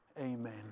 Amen